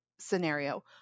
scenario